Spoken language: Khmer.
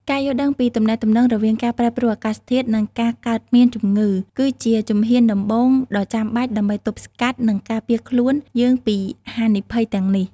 ការយល់ដឹងពីទំនាក់ទំនងរវាងការប្រែប្រួលអាកាសធាតុ និងការកើតមានជំងឺ គឺជាជំហានដំបូងដ៏ចាំបាច់ដើម្បីទប់ស្កាត់ និងការពារខ្លួនយើងពីហានិភ័យទាំងនេះ។